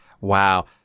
Wow